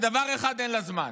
לדבר אחד אין לה זמן: